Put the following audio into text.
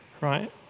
right